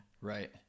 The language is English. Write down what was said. Right